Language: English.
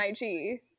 IG